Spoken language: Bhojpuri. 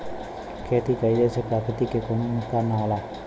खेती कइले से प्रकृति के कउनो नुकसान ना होला